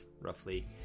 roughly